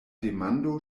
demando